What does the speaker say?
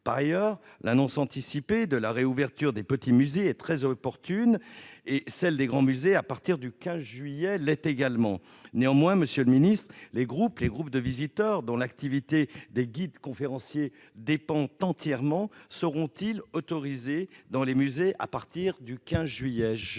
Par ailleurs, l'annonce anticipée de la réouverture des petits musées est tout à fait opportune ; celle des grands musées, à partir du 15 juillet, l'est également. Néanmoins, les groupes de visiteurs, dont l'activité des guides-conférenciers dépend entièrement, seront-ils autorisés dans les musées à partir du 15 juillet ?